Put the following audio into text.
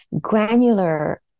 granular